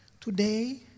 Today